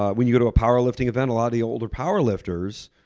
ah when you go to a power lifting event, a lot of the older power lifters,